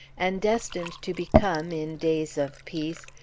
and destined to become, in days of peace,